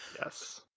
Yes